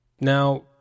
Now